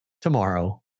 tomorrow